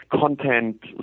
content